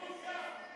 בושה,